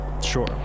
sure